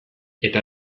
eta